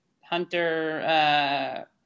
Hunter